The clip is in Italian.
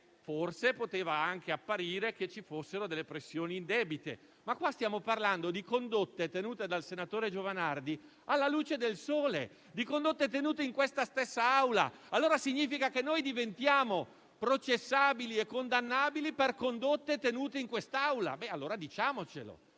forse poteva anche apparire che ci fossero delle pressioni indebite, ma stiamo parlando di condotte tenute dal senatore Giovanardi alla luce del sole, di condotte tenute in questa stessa Aula. Allora significa che noi diventiamo processabili e condannabili per condotte tenute in quest'Aula. Allora diciamo